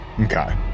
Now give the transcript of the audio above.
Okay